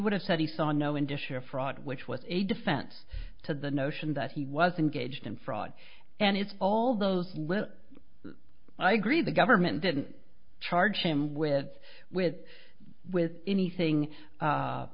would have said he saw no india share fraud which was a defense to the notion that he was engaged in fraud and it's all those little i agree the government didn't charge him with with with anything